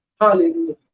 Hallelujah